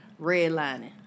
Redlining